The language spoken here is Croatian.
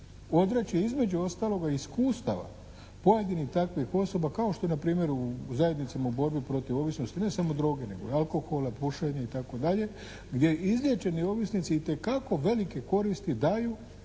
odreći između ostaloga iskustava pojedinih takvih osoba kao što je npr. u zajednicama u borbi protiv ovisnosti ne samo droge nego i alkohola, pušenja itd. gdje izliječeni ovisnici itekako velike koristi daju i ne